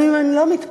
גם אם הן לא מתפללות: